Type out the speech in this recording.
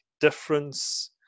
Difference